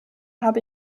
habe